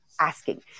asking